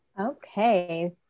okay